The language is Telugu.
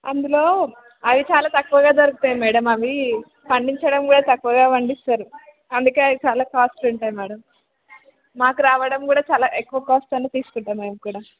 అందులో అవి చాలా తక్కువగా దొరుకుతాయి మేడం అవి పండించడం కూడా తక్కువగా పండిస్తారు అందుకే అవి చాలా కాస్ట్ ఉంటాయి మేడం మాకు రావడం కూడా ఎక్కువ కాస్ట్తో తీసుకుంటాం మేము కూడా